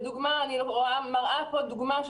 אני מראה כאן דוגמה.